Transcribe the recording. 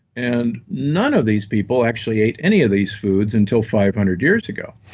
and none of these people actually ate any of these foods until five hundred years ago.